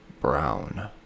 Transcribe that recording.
Brown